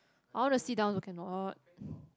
I want to sit down also cannot